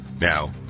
Now